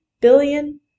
billion